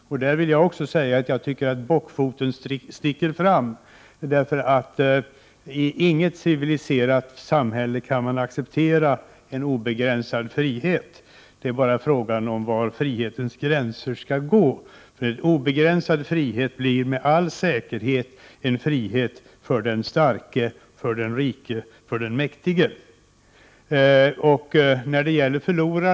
Jag tycker att bockfoten sticker fram även här. I inget civiliserat samhälle kan man acceptera en obegränsad frihet. Det är bara fråga om var frihetens gränser skall gå. Obegränsad frihet blir med all säkerhet en frihet för den starke, för den rike, för den mäktige. Det har talats om förlorare.